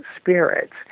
spirits